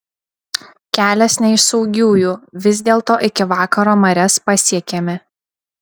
kelias ne iš saugiųjų vis dėlto iki vakaro marias pasiekėme